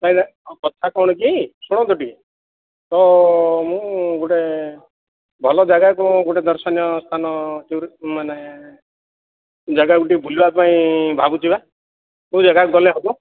ନାଇଁ କଥା କ'ଣ କି ଶୁଣନ୍ତୁ ଟିକିଏ ତ ମୁଁ ଗୋଟିଏ ଭଲ ଜାଗାକୁ ଗୋଟିଏ ଦର୍ଶନୀୟ ସ୍ଥାନ ମାନେ ଜାଗାକୁ ଟିକିଏ ବୁଲିବା ପାଇଁ ଭାବୁଛି ବା କେଉଁ ଜାଗାକୁ ଗଲେ ହେବ